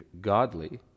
godly